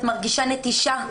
את מרגישה נטישה.